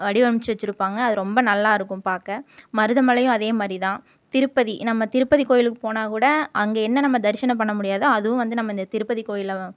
வடிவமைத்து வச்சுருப்பாங்க அது ரொம்ப நல்லாயிருக்கும் பார்க்க மருதமலையும் அதேமாதிரிதான் திருப்பதி நம்ம திருப்பதி கோவிலுக்கு போனாக்கூட அங்கே என்ன நம்ம தரிசனம் பண்ணமுடியாதோ அதுவும் நம்ம வந்து இந்த திருப்பதி கோவில்ல